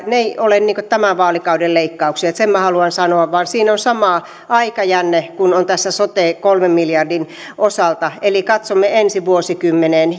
ne eivät ole tämän vaalikauden leikkauksia sen minä haluan vain sanoa siinä on sama aikajänne kuin on soten kolmen miljardin osalta eli katsomme ensi vuosikymmeneen